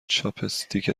چاپستیک